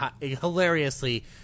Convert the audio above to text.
hilariously –